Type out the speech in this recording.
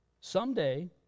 Someday